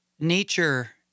nature